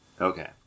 Okay